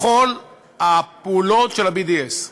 לכל הפעולות של ה-BDS,